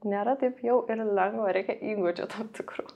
nėra taip jau ir lengva reikia įgūdžių tam tikrų